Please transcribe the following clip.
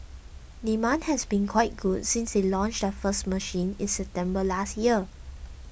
demand has been quite good since they launched their first machine in September last year